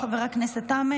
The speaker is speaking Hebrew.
תודה רבה, חבר הכנסת עמר.